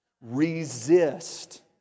Resist